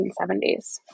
1970s